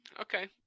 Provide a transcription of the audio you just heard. okay